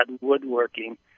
woodworking